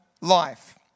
life